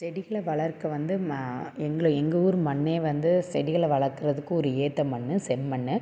செடிகளை வளர்க்க வந்து ம எங்களை எங்கள் ஊர் மண்ணே வந்து செடிகளை வளர்க்குறதுக்கு ஒரு ஏற்ற மண் செம்மண்